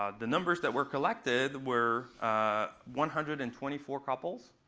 ah the numbers that were collected were one hundred and twenty four couples,